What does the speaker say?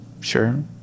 sure